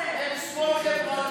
יש שמאל,